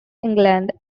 england